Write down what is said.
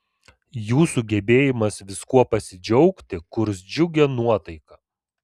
jūsų gebėjimas viskuo pasidžiaugti kurs džiugią nuotaiką